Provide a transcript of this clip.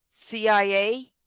CIA